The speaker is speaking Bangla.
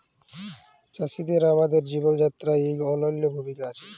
চাষীদের আমাদের জীবল যাত্রায় ইক অলল্য ভূমিকা আছে